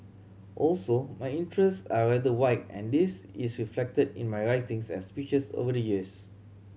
also my interests are rather wide and this is reflected in my writings and speeches over the years